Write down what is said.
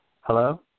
Hello